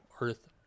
earth